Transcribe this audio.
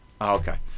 Okay